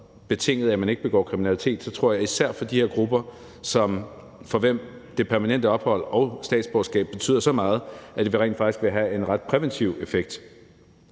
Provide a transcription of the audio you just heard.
betinget af, at man ikke begår kriminalitet, tror jeg, at især for de her grupper, for hvem det permanente ophold og statsborgerskab betyder så meget, vil det rent faktisk have en ret præventiv effekt.